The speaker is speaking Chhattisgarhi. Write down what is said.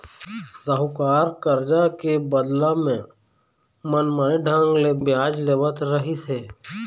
साहूकार करजा के बदला म मनमाने ढंग ले बियाज लेवत रहिस हे